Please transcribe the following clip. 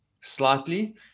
slightly